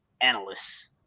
analysts